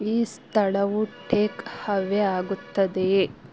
ಈ ಸ್ಥಳವು ಟೇಕ್ ಹವೆ ಆಗುತ್ತದೆಯೇ